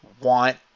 want –